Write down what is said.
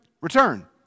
return